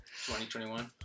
2021